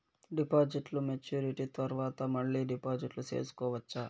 డిపాజిట్లు మెచ్యూరిటీ తర్వాత మళ్ళీ డిపాజిట్లు సేసుకోవచ్చా?